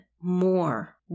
more